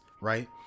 Right